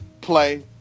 play